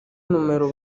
numero